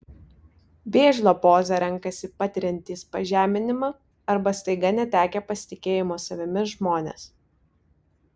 vėžlio pozą renkasi patiriantys pažeminimą arba staiga netekę pasitikėjimo savimi žmonės